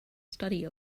study